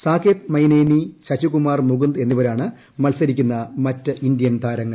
സാകേത് മൈനേനി ശശികുമാർ മുകുന്ദ് എന്നിവരാണ് മത്സരിക്കുന്ന മറ്റ് ഇന്ത്യൻ താരങ്ങൾ